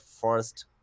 first